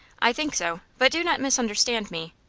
i think so. but do not misunderstand me.